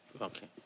Okay